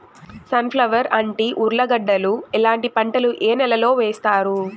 Sun flower, అంటి, ఉర్లగడ్డలు ఇలాంటి పంటలు ఏ నెలలో వేస్తారు?